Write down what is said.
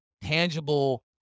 tangible